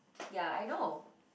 ya I know